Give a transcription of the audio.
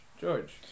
George